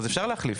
אפשר להחליף,